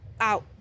out